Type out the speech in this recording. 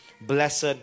blessed